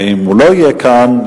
ואם הוא לא יהיה כאן,